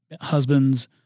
husbands